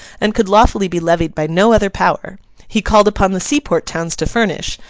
and could lawfully be levied by no other power he called upon the seaport towns to furnish,